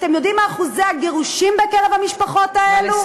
אתם יודעים מה אחוזי הגירושים במשפחות האלה?